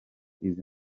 izi